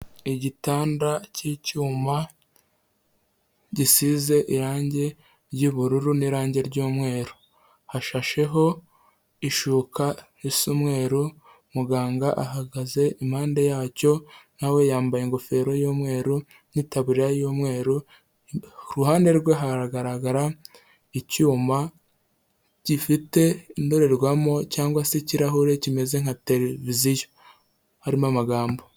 Igitanda cy'icyuma, gisize irangi ry'ubururu n'irangi ry'umweru. Hashasheho ishuka isa umweruru, muganga ahagaze impande yacyo na we yambaye ingofero y'umweru n'itaburiya y'umweru, iruhande rwe haragaragara icyuma gifite indorerwamo cyangwa se ikirahure kimeze nka tereviziyo harimo amagambo.